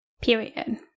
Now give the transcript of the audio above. period